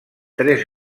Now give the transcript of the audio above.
tres